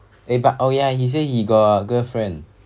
eh but oh ya he say he got girlfriend